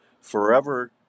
forever